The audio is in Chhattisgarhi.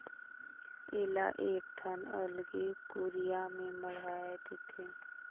एला एकठन अलगे कुरिया में मढ़ाए देथे